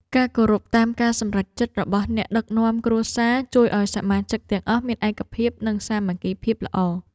លោកតែងតែរំលឹកកូនចៅឱ្យចេះថែរក្សាកិត្តិយសរបស់វង្សត្រកូលតាមរយៈការប្រព្រឹត្តអំពើល្អក្នុងសង្គម។